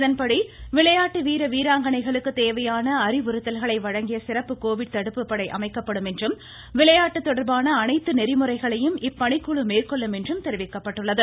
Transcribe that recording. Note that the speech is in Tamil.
இதன்படி விளையாட்டு வீர வீராங்கணைகளுக்கு தேவையான அறிவுறுத்தல்களை வழங்க சிறப்பு கோவிட் தடுப்புப்படை அமைக்கப்படும் என்றும் விளையாட்டு தொடர்பான அனைத்து நெறிமுறைகளையும் இப்பணிக்குழு மேற்கொள்ளும் என்றும் தெரிவிக்கப்பட்டுள்ளது